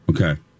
Okay